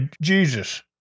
Jesus